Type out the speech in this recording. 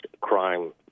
crime